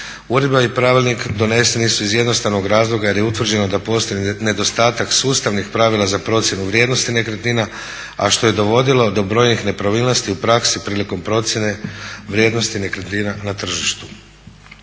Uredba i pravilnik doneseni su iz jednostavnog razloga jer je utvrđeno da postoji nedostatak sustavnih pravila za procjenu vrijednosti nekretnina a što je dovodilo do brojnih nepravilnosti u praksi prilikom procjene vrijednosti nekretnina na tržištu.